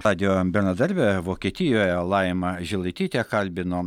radijo bendradarbę vokietijoje laimą žilaitytę kalbino